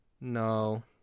no